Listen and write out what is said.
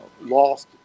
lost